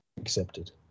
Accepted